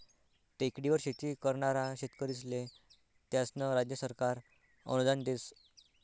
टेकडीवर शेती करनारा शेतकरीस्ले त्यास्नं राज्य सरकार अनुदान देस